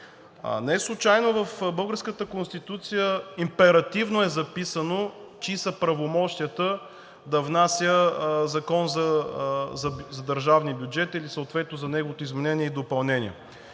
Неслучайно в българската Конституция императивно е записано чии са правомощията да внася Закон за държавния бюджет или съответно за неговото изменение и допълнение.